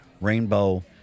Rainbow